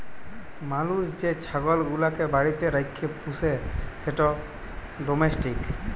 মালুস যে ছাগল গুলাকে বাড়িতে রাখ্যে পুষে সেট ডোমেস্টিক